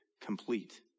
complete